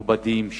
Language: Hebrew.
מכובדים,